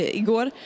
igår